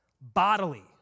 Bodily